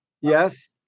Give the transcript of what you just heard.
Yes